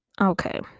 okay